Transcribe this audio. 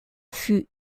fut